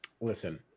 listen